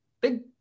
big